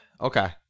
Okay